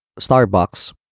Starbucks